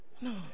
no